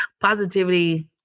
positivity